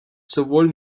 sowohl